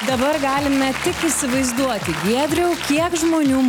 dabar galime tik įsivaizduoti giedriau kiek žmonių